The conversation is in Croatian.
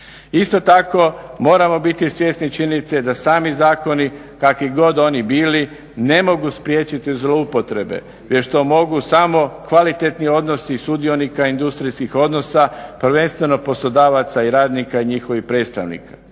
Isto tako moramo biti svjesni činjenice da sami zakoni kakvi god oni bili ne mogu spriječiti zloupotrebe već to mogu samo kvalitetni odnosi sudionika industrijskih odnosa prvenstveno poslodavaca i radnika i njihovih predstavnika.